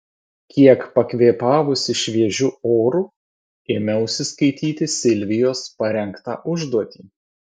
kiek pakvėpavusi šviežiu oru ėmiausi skaityti silvijos parengtą užduotį